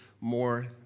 more